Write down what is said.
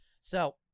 So-